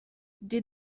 did